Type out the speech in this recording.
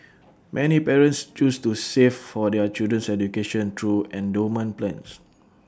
many parents choose to save for their children's education through endowment plans